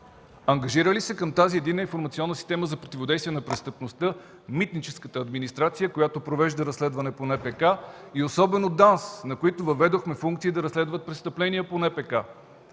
ангажира ли се към тази Единна информационна система за противодействие на престъпността митническата администрация, която провежда разследване по НПК и особено ДАНС, на които въведохме функции да разследват престъпления по НПК?